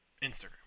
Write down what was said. Instagram